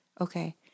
Okay